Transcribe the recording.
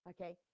okay